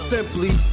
Simply